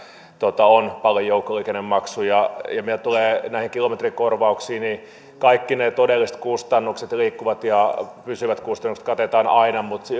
on paljon joukkoliikennemaksuja mitä tulee kilometrikorvauksiin niin kaikki ne todelliset kustannukset liikkuvat ja pysyvät kustannukset katetaan aina mutta siitä